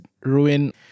ruin